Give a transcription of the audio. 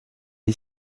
est